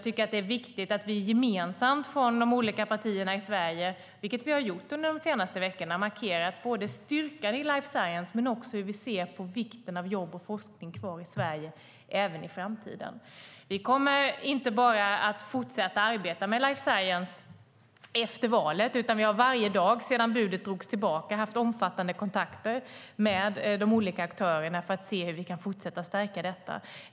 Precis som vi har gjort under de senaste veckorna är det viktigt att vi från de olika partierna i Sverige markerar både styrkan i life science och hur vi ser på vikten av att ha kvar jobb och forskning i Sverige även i framtiden. Vi kommer inte bara att fortsätta arbeta med life science efter valet, utan vi har varje dag sedan budet drogs tillbaka haft omfattande kontakter med de olika aktörerna för att se hur vi kan fortsätta stärka detta.